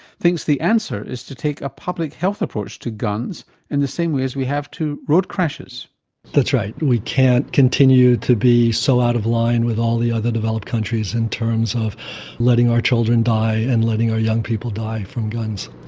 thinks the answer is to take a public health approach to guns in and the same way as we have to road crashes that's right, we can't continue to be so out of line with all the other developed countries in terms of letting our children die and letting our young people die from guns.